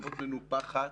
פחות מנופחת,